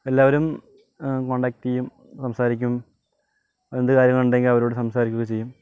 എല്ലാവരും കോൺടാക്ട് ചെയ്യും സംസാരിക്കും എന്ത് കാര്യം ഉണ്ടെങ്കിലും അവരോട് സംസാരിക്കുകയും ചെയ്യും